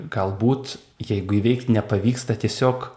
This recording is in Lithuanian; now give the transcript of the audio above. galbūt jeigu įveikt nepavyksta tiesiog